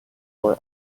were